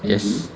yes